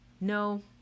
No